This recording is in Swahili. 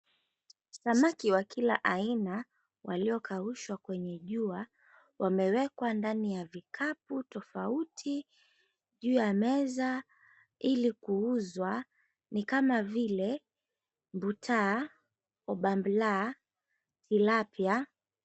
Samaki wa kila aina waliokaushwa kwenye jua wamewekwa ndani ya vikapu tofauti juu ya meza ili kuuzwa ni kama vile mbuta, obambla, tilapia.